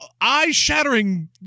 eye-shattering